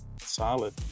Solid